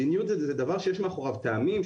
מדיניות זה דבר שיש מאחוריו טעמים,